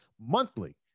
monthly